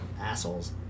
assholes